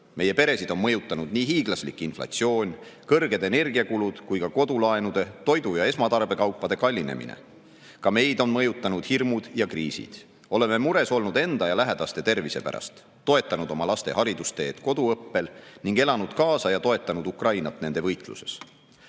Meie peresid on mõjutanud nii hiiglaslik inflatsioon, kõrged energiakulud kui ka kodulaenude, toidu ja esmatarbekaupade kallinemine. Ka meid on mõjutanud hirmud ja kriisid. Oleme mures olnud enda ja lähedaste tervise pärast, toetanud oma laste haridusteed koduõppel ning elanud kaasa ja toetanud Ukrainat nende võitluses.